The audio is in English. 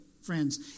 friends